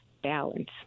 balance